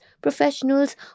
professionals